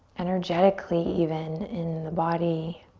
energetically even in the body.